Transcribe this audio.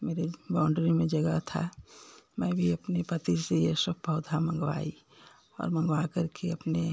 मेरे बॉउन्ड्री में जगह था मैं भी अपने पति से ये सब पौधा मँगवाई और मँगवाकर के अपने